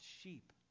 sheep